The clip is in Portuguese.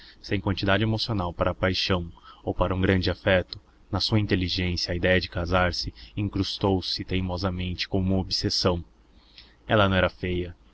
sem quantidade emocional para a paixão ou para um grande afeto na sua inteligência a idéia de casarse incrustou se teimosamente como uma obsessão ela não era feia